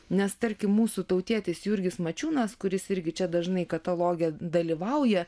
nes tarkim mūsų tautietis jurgis mačiūnas kuris irgi čia dažnai kataloge dalyvauja